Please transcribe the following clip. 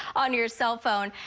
on your cellphone,